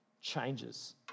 changes